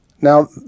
Now